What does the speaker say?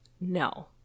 No